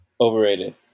Overrated